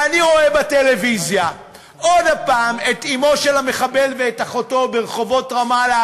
ואני רואה בטלוויזיה עוד פעם את אמו של המחבל ואת אחותו ברחובות רמאללה,